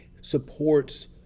supports